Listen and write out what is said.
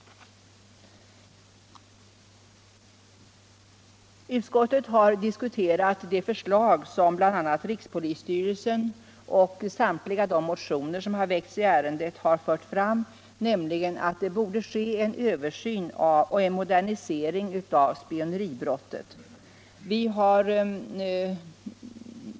Utskottet har diskuterat det förslag som bl.a. rikspolisstyrelsen har fört fram — och samtliga de motioner som har väckts i ärendet — att det borde företas en översyn och en modernisering av spioneribrottet.